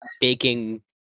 baking